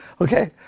Okay